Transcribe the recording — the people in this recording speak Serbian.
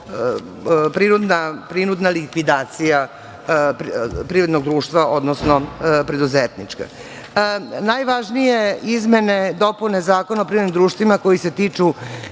prinudna likvidacija privrednog društva, odnosno preduzetnička. Najvažnije izmene i dopune Zakona o privrednim društvima koje se tiču